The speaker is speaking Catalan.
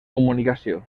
comunicació